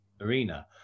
arena